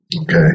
Okay